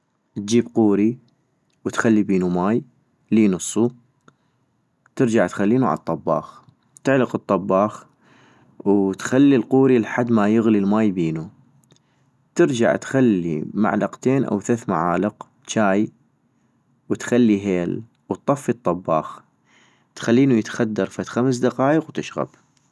اتجيب قوري، وتخلي بينو ماي لي نصو، ترجع تخلينو عالطباخ، تعلق الطباخ وتخلي القوري لحد ما يغلي الماي بينو، ترجع تخلي معلقتين او ثث معالق جاي وتخلي هيل واتطفي الطباخ، تخلينو يتخدر فد خمس دقايق وتشغب